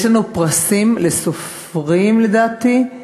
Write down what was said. יש לנו פרסים לסופרים, לדעתי,